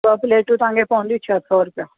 ॿ प्लेटूं तव्हां खे पवंदी छह सौ रुपया